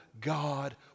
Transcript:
God